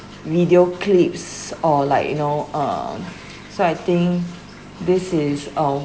video clips or like you know um so I think this is a